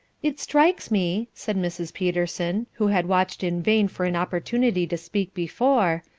it strikes me, said mrs. peterson, who had watched in vain for an opportunity to speak before,